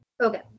Okay